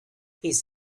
his